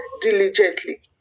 diligently